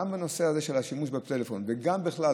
גם בנושא הזה של השימוש בטלפון וגם בכלל,